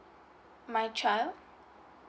my child